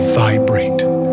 vibrate